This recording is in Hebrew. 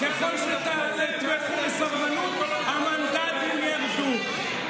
ככל שתתמכו בסרבנות, המנדטים ירדו.